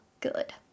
good